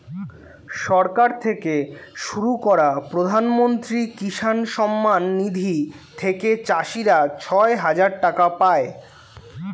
সরকার থেকে শুরু করা প্রধানমন্ত্রী কিষান সম্মান নিধি থেকে চাষীরা ছয় হাজার টাকা পায়